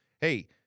hey